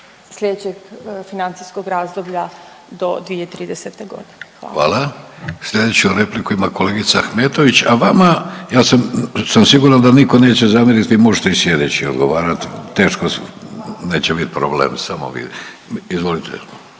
**Vidović, Davorko (Socijaldemokrati)** Hvala. Slijedeću repliku ima kolegica Ahmetović, a vama ja sam siguran da nitko neće zamjeriti možete i sjedeći odgovarati, teško, neće biti problem samo vi. Izvolite.